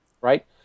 right